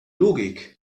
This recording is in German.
logik